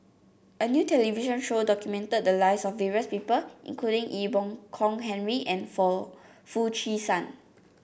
a new television show documented the lives of various people including Ee Boon Kong Henry and Foo Chee San